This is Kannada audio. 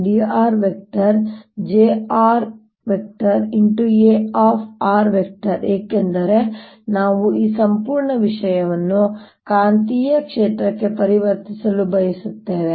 A ಏಕೆಂದರೆ ನಾವು ಈ ಸಂಪೂರ್ಣ ವಿಷಯವನ್ನು ಕಾಂತೀಯ ಕ್ಷೇತ್ರಕ್ಕೆ ಪರಿವರ್ತಿಸಲು ಬಯಸುತ್ತೇವೆ